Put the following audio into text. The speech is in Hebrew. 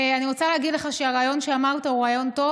אני רוצה להגיד לך שהרעיון שאמרת הוא רעיון טוב.